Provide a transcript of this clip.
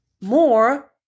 more